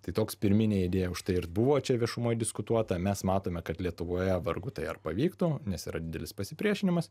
tai toks pirminė idėja užtai ir buvo čia viešumoj diskutuota mes matome kad lietuvoje vargu tai ar pavyktų nes yra didelis pasipriešinimas